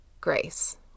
grace